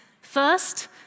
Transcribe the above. First